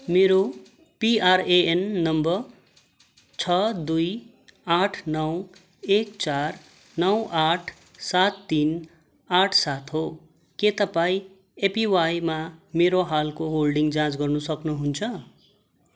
मेरो PRAN number छ दुई आठ नौ एक चार नौ आठ सात तिन आठ सात हो के तपाईँ एपिवाईमा मेरो हालको होल्डिङ जाँच गर्न सक्नुहुन्छ